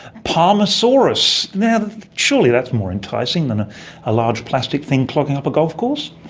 palmasaurus. surely that's more enticing then ah a large plastic thing clogging up a golf course?